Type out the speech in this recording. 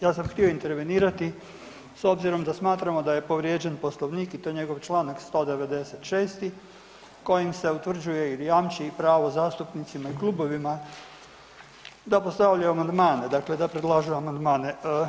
Ja sam htio intervenirati s obzirom da smatramo da je povrijeđen Poslovnik i to njegov čl. 196. kojim se utvrđuje ili jamči pravo zastupnicima i klubovima da postavljaju amandmane, dakle da predlažu amandmane.